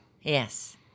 Yes